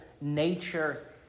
nature